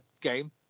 game